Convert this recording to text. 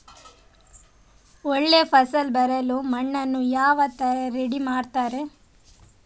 ಒಳ್ಳೆ ಫಸಲು ಬರಲು ಮಣ್ಣನ್ನು ಯಾವ ತರ ರೆಡಿ ಮಾಡ್ತಾರೆ?